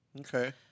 Okay